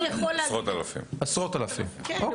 אוקיי,